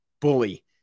bully